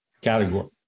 category